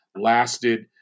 lasted